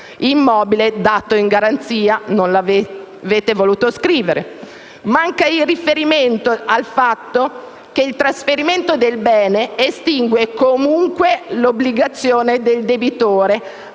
immobile dato in garanzia: non l'avete voluto scrivere. Manca il riferimento al fatto che il trasferimento del bene estingue comunque l'obbligazione del debitore,